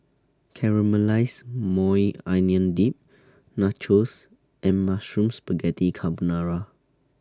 Caramelized Maui Onion Dip Nachos and Mushroom Spaghetti Carbonara